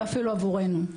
ואפילו עבורנו.